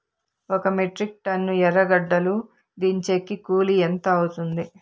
ఒక metric ton ఎర్రగడ్డలు దించేకి కూలి ఎంత అవుతుంది?